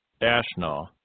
Ashna